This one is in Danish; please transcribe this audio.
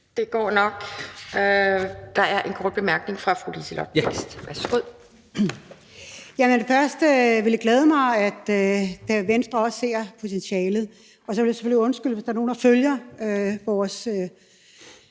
Det går nok. Der er en kort bemærkning fra fru Liselott Blixt. Værsgo. Kl. 12:48 Liselott Blixt (DF): Det glæder mig, at Venstre også ser potentialet, og så vil jeg selvfølgelig undskylde, hvis der er nogle, der følger vores